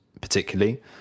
particularly